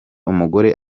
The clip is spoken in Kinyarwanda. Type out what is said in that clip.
umugore